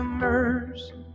mercy